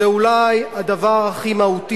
זה אולי הדבר הכי מהותי